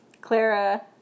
Clara